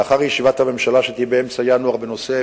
לאחר ישיבת הממשלה שתהיה באמצע ינואר בנושא